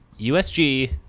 usg